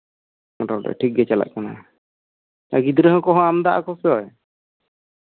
ᱱᱤᱛᱚᱜ ᱫᱚ ᱴᱷᱤᱠ ᱜᱮ ᱪᱟᱞᱟᱜ ᱠᱟᱱᱟ ᱜᱤᱫᱽᱨᱟᱹ ᱦᱚᱸᱠᱚ ᱟᱢᱫᱟ ᱟᱠᱚ ᱥᱮ